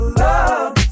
love